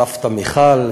סבתא מיכל,